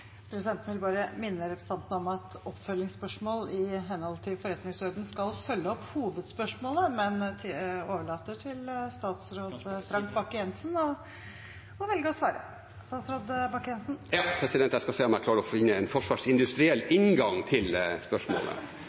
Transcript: Presidenten vil minne representanten om at oppfølgingsspørsmål i henhold til forretningsordenen skal følge opp hovedspørsmålet, men overlater til statsråd Frank Bakke-Jensen å velge om han skal svare. Ja, jeg skal se om jeg klarer å finne en forsvarsindustriell inngang til spørsmålet.